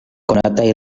konataj